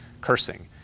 cursing